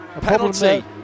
Penalty